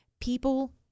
People